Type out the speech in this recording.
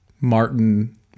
Martin